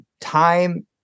time